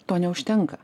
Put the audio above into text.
to neužtenka